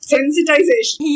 Sensitization